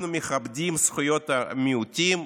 אנחנו מכבדים את זכויות המיעוטים,